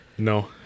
No